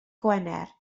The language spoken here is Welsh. gwener